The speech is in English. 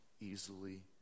easily